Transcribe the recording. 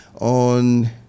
on